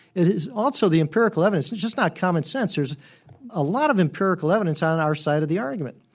it is also the empirical evidence, it's just not common sense. there's a lot of empirical evidence on our side of the argument.